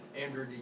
Andrew